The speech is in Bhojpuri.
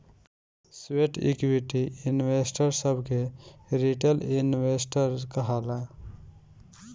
स्वेट इक्विटी इन्वेस्टर सभ के रिटेल इन्वेस्टर कहाला